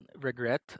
regret